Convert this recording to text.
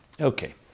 Okay